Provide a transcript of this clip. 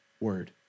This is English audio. word